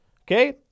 Okay